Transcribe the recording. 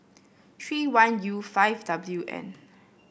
three one U five W N